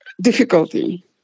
difficulty